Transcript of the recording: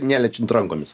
neliečiant rankomis